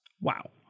wow